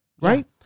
right